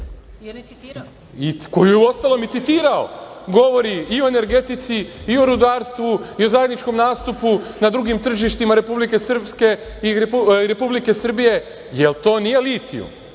koju je uostalom i citirao, govori i o energetici i o rudarstvu i o zajedničkom nastupu na drugim tržištima Republike Srpske i Republike Srbije. Jel to nije litijum?